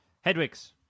Hedwig's